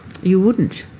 you wouldn't.